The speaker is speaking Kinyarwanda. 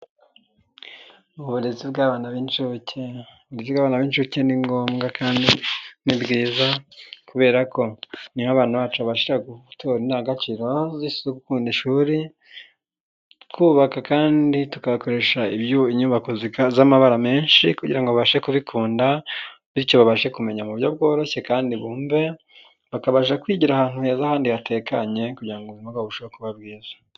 Uburezi bw'abantu benshuke. Uburezi bw'abana b'inshuti, ni ngombwa kandi ni bwiza kubera ko niho abana bacu abasha gukura indangaciro zo gukunda ishuri twubaka kandi tukakoresha inyubako z'amabara menshi kugirango babashe kubikunda, bityo babashe kumenya mu buryo bworoshye kandi bumve, bakabasha kwigira ahantu heza kandi hatekanye kugira ngo ubuzima burusheho kuba bwiza.